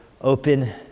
open